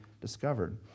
discovered